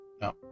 No